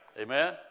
Amen